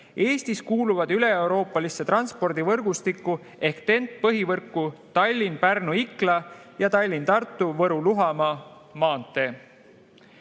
Eestis kuuluvad üleeuroopalisse transpordivõrgustikku ehk TEN‑T‑põhivõrku Tallinna–Pärnu–Ikla ja Tallinna–Tartu–Võru–Luhamaa maantee.